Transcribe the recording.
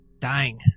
dying